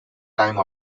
time